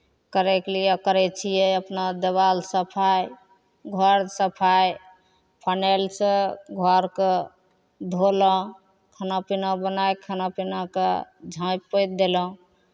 करयके लिए करै छियै अपना देवाल सफाइ घर सफाइ फिनाइलसँ घरकेँ धोलहुँ खाना पीना बनाए कऽ खाना पीनाकेँ झाँपि पोति देलहुँ